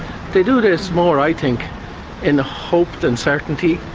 they do this more i think in hope than certainty.